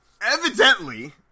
Evidently